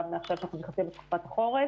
עכשיו כשאנחנו נכנסים לתקופת החורף